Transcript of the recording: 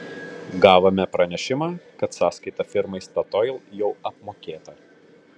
gavome pranešimą kad sąskaita firmai statoil jau apmokėta